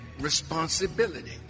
responsibility